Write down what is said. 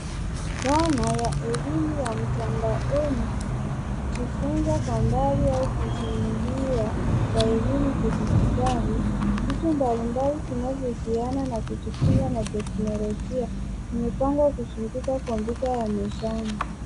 Dhana ya elimu ya mtandaoni, kujifunza kwa mbali au kusimulia wa elimu ya kidijitali. VItu mbalimbali vinavyohusiana na teknolojia vimepangwa kuzunguka kompyuta ya mezani.